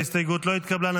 ההסתייגות לא התקבלה.